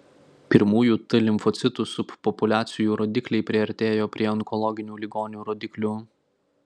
pirmųjų t limfocitų subpopuliacijų rodikliai priartėjo prie onkologinių ligonių rodiklių